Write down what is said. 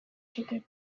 zuten